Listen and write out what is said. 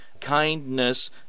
kindness